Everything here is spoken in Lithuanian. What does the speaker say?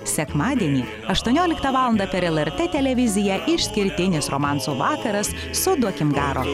sekmadienį aštuonioliktą valandą per lrt televiziją išskirtinis romansų vakaras su duokim garo